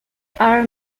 are